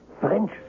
French